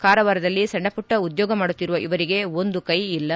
ಕಾರವಾರದಲ್ಲಿ ಸಣ್ಣಮಟ್ಟ ಉದ್ಕೋಗ ಮಾಡುತ್ತಿರುವ ಇವರಿಗೆ ಒಂದು ಕೈ ಇಲ್ಲ